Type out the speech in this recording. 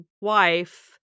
wife